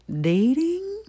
dating